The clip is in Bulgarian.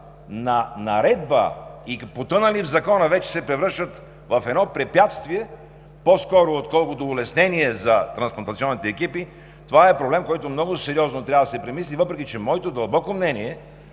на наредба и потънали в Закона, вече се превръщат по-скоро в препятствие, отколкото в улеснение за трансплантационните екипи. Това е проблем, който много сериозно трябва да се премисли. Въпреки че моето дълбоко мнение